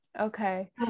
Okay